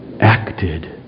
acted